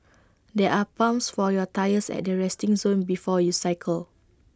there are pumps for your tyres at the resting zone before you cycle